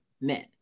men